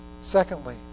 Secondly